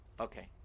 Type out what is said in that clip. Okay